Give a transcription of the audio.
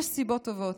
יש לכך סיבות טובות,